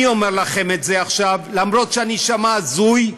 אני אומר לכם את זה עכשיו למרות שאני אשמע הזוי,